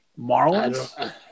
Marlins